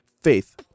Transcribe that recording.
faith